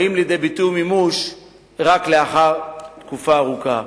באים לידי מימוש רק לאחר תקופה ארוכה.